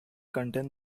contain